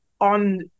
on